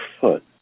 foot